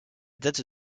date